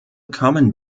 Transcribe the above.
common